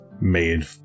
Made